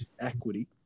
equity